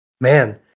Man